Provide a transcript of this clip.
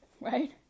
right